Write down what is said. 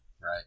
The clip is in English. right